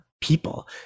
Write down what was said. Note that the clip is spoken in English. people